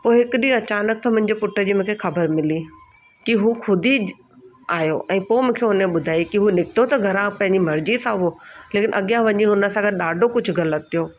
पोइ हिकु ॾींहुं अचानक सां मुंहिंजे पुट जी मूंखे ख़बर मिली की हू ख़ूदि ई आयो ऐं पोइ हुन मूंखे ॿुधायईं की हू निकितो त घरां पंहिंजी मर्ज़ीअ सां हुओ लेकिन अॻियां वञी उन सां गॾु ॾाढो कुझु ग़लति थियो